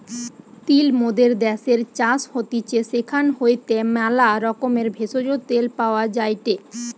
তিল মোদের দ্যাশের চাষ হতিছে সেখান হইতে ম্যালা রকমের ভেষজ, তেল পাওয়া যায়টে